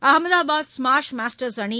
Ahmedabad smash masters அணி